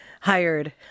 hired